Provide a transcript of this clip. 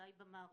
ושנותיי במערכת.